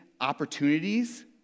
opportunities